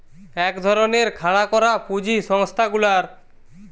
এক ধরণের খাড়া করা পুঁজি সংস্থা গুলার